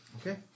Okay